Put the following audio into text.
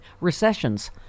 recessions